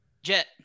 Jet